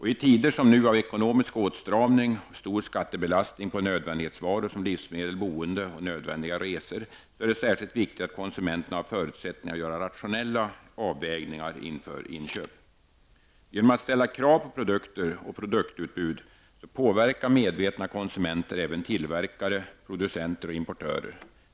I tider som nu av ekonomisk åtstramning och stor skattebelastning på nödvändighetsvaror som livsmedel, boende och nödvändiga resor är det särskilt viktigt att konsumenterna har förutsättningar att göra rationella avvägningar inför inköp. Genom att ställa krav på produkter och produktutbud påverkar medvetna konsumenter även tillverkare, producenter och importörer.